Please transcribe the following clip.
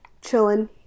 chilling